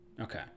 Okay